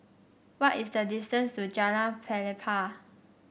what is the distance to Jalan Pelepah